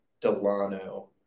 Delano